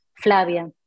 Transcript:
Flavia